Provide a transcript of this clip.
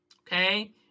Okay